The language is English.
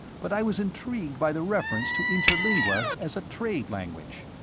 but i was intrigued by the reference to interlingua as a trade language.